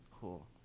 Cool